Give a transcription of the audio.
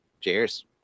cheers